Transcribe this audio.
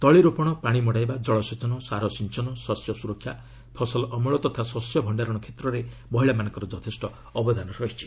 ତଳି ରୋପଣ ପାଣି ମଡ଼ାଇବା ଜଳସେଚନ ସାର ସିଞ୍ଚନ ଶସ୍ୟ ସୁରକ୍ଷା ଫସଲ ଅମଳ ତଥା ଶସ୍ୟ ଭଣ୍ଡାରଣ କ୍ଷେତ୍ରରେ ମହିଳାମାନଙ୍କର ଯଥେଷ୍ଟ ଅବଦାନ ରହିଛି